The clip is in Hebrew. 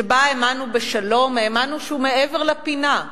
שבה האמנו בשלום, האמנו שהוא מעבר לפינה,